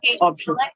option